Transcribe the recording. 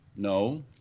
No